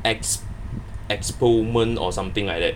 ex~ exponent or something like that